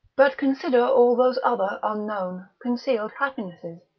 but consider all those other unknown, concealed happinesses,